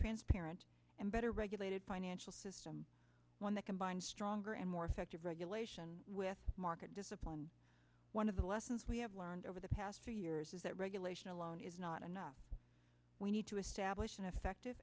transparent and better regulated financial system one that combines stronger and more effective regulation with market discipline one of the lessons we have learned over the past two years is that regulation alone is not enough we need to establish an effective